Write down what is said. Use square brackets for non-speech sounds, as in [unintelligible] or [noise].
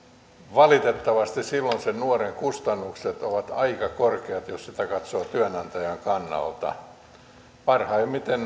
valitettavasti silloin sen nuoren kustannukset ovat aika korkeat jos sitä katsoo työnantajan kannalta parhaimmiten [unintelligible]